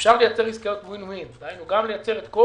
אפשר לייצר עסקת ווין-ווין גם לייצר את כל